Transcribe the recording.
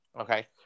okay